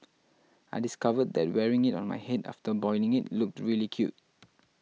I discovered that wearing it on my head after boiling it looked really cute